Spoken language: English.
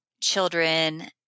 children